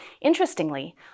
Interestingly